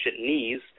knees